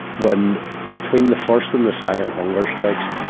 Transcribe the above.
when between the first and the second hunger strikes,